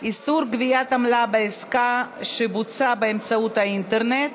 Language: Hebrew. איסור גביית עמלה בעסקה שבוצעה באמצעות האינטרנט),